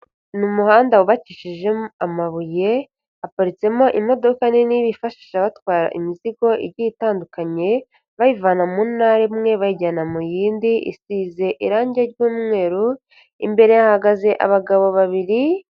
Ni umuhanda wubakishije amabuye haparitsemo imodoka nini bifashisha batwara imizigo igiye itandukanye bayivana mu ntara imwe bayijyana mu yindi, isize irangi ry'umweru, imbere hahagaze abagabo babiri.